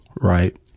right